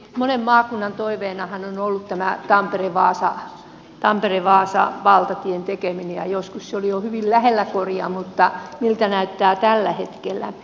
monen maakunnan toiveenahan on ollut tämä tamperevaasa valtatien tekeminen ja joskus se oli jo hyvin lähellä koria mutta miltä näyttää tällä hetkellä